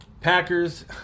Packers